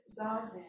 zazen